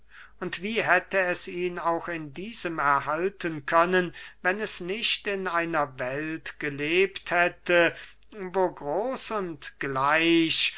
und wie hätte es ihn auch in diesem erhalten können wenn es nicht in einer welt gelebt hätte wo groß und gleich